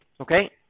Okay